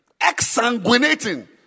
exsanguinating